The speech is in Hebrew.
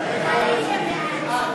נתקבל.